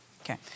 Okay